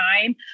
time